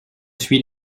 suis